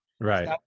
Right